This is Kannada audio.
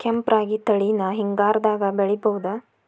ಕೆಂಪ ರಾಗಿ ತಳಿನ ಹಿಂಗಾರದಾಗ ಬೆಳಿಬಹುದ?